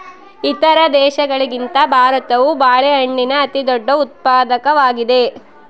ಇತರ ದೇಶಗಳಿಗಿಂತ ಭಾರತವು ಬಾಳೆಹಣ್ಣಿನ ಅತಿದೊಡ್ಡ ಉತ್ಪಾದಕವಾಗಿದೆ